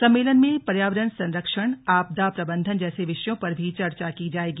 सम्मेलन में पर्यावरण संरक्षण आपदा प्रबंधन जैसे विषयों पर भी चर्चा की जाएगी